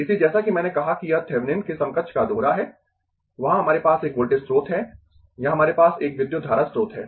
इसलिए जैसा कि मैंने कहा कि यह थेविनिन के समकक्ष का दोहरा है वहां हमारे पास एक वोल्टेज स्रोत है यहां हमारे पास एक विद्युत धारा स्रोत है